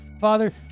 Father